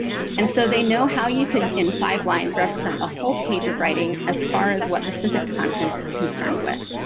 and so they know how you can, in five lines, represent a whole page of writing as far as what the physics content is concerned with.